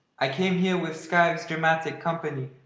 i came here with skive's dramatic company.